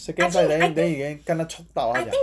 second time then then he then 跟他 choke 到他讲